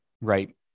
Right